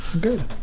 good